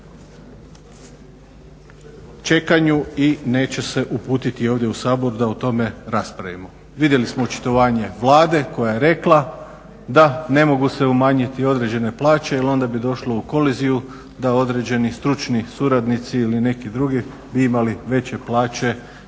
čekanju i neće se uputiti ovdje u Sabor da ovdje raspravimo. Vidjeli smo očitovanje Vlade koja je rekla da ne mogu se umanjiti određene plaće jel onda bi došlo u koliziju da određeni stručni suradnici ili neki drugi bi imali veće plaće